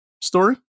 story